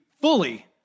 fully